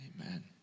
Amen